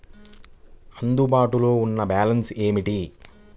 అందుబాటులో ఉన్న బ్యాలన్స్ ఏమిటీ?